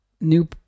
New